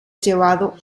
llevado